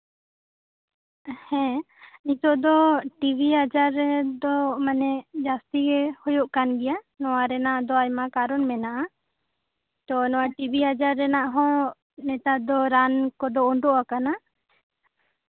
ᱦᱮᱸ ᱱᱤᱛᱚᱜ ᱫᱚ ᱴᱤᱵᱤ ᱟᱡᱟᱨ ᱨᱮᱫᱚ ᱢᱟᱱᱮ ᱡᱟᱹᱥᱛᱤ ᱜᱮ ᱦᱳᱭᱳᱜ ᱠᱟᱱ ᱜᱮᱭᱟ ᱱᱚᱣᱟ ᱨᱮᱭᱟᱜ ᱫᱚ ᱟᱭᱢᱟ ᱠᱟᱨᱚᱱ ᱢᱮᱱᱟᱜᱼᱟ ᱛᱚ ᱱᱚᱣᱟ ᱴᱤᱵᱤ ᱟᱡᱟᱨ ᱨᱮᱱᱟᱜ ᱦᱚᱸ ᱱᱮᱛᱟᱨ ᱫᱚ ᱨᱟᱱ ᱠᱚᱫᱚ ᱩᱰᱩᱠ ᱟᱠᱟᱱᱟ